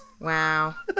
wow